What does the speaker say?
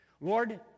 Lord